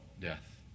death